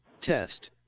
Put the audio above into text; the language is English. Test